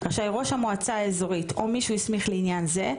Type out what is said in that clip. רשאי ראש המועצה האזורית או מי שהסמיך לעניין זה,